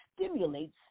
stimulates